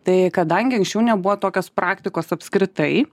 tai kadangi anksčiau nebuvo tokios praktikos apskritai